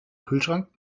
kühlschrank